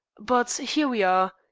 but, here we are.